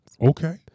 Okay